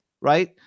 right